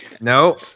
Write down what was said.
No